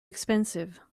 expensive